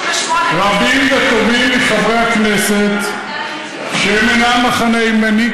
זה 168. רבים וטובים מחברי הכנסת שהם אינם מחנה ימני,